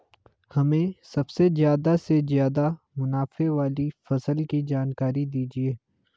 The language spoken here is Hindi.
हमें सबसे ज़्यादा से ज़्यादा मुनाफे वाली फसल की जानकारी दीजिए